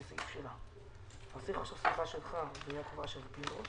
של התקנות